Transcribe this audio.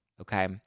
okay